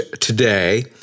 today